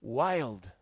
wild